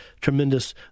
tremendous